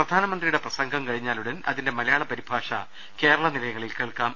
പ്രധാനമന്ത്രിയുടെ പ്രസംഗം കഴിഞ്ഞാലുടൻ അതിന്റെ മലയാള പരിഭാഷ കേരള നിലയങ്ങളിൽ കേൾക്കാം